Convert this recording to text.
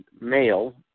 male